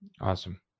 Awesome